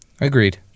Agreed